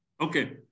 Okay